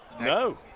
No